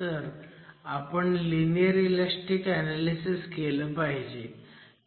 तर आपण linear elastic analysis केलं पाहिजे